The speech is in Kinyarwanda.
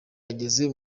ageze